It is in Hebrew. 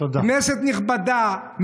כנסת נכבדה,